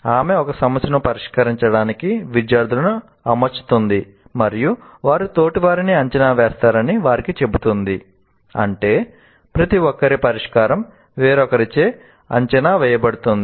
ఆమె ఒక సమస్యను పరిష్కరించడానికి విద్యార్థులను అమర్చుతుంది మరియు వారు తోటివారిని అంచనా వేస్తారని వారికి చెబుతుంది అంటే ప్రతి ఒక్కరి పరిష్కారం వేరొకరిచే అంచనా వేయబడుతుంది